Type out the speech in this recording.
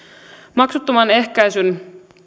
maksuttoman ehkäisyn